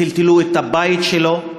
טלטלו את הבית שלו.